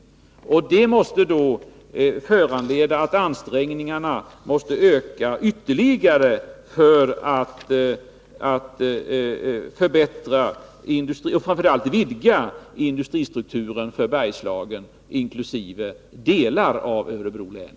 Det måste föranleda att ansträngningarna ökas för att ytterligare förbättra och framför allt vidga industristrukturen i Bergslagen, inkl. delar av Örebro län.